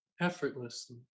Effortlessly